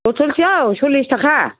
बथलसेयाव सल्लिस थाखा